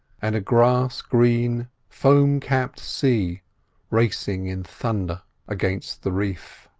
and a glass-green, foam-capped sea racing in thunder against the reef.